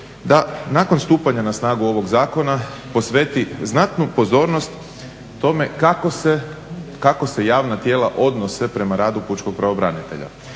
da nakon stupanja na snagu ovog zakona posveti znatnu pozornost tome kako se javna tijela odnose prema radu pučkog pravobranitelja.